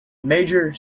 major